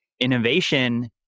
innovation